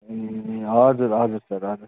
ए हजुर हजुर सर हजुर